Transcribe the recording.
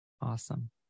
Awesome